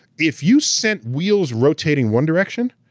if you sent wheels rotating one direction,